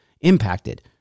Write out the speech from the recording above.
impacted